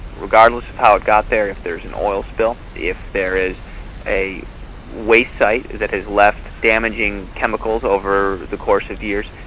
regardless of how it got there, if there's an oil spill, if there is a waste site that has left damaging chemicals over the course of years,